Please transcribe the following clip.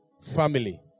Family